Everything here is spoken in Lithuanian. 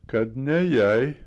kad ne jai